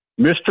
Mr